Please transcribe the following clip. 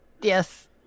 Yes